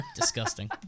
disgusting